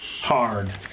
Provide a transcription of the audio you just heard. hard